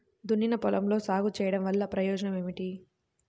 దున్నిన పొలంలో సాగు చేయడం వల్ల ప్రయోజనం ఏమిటి?